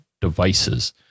devices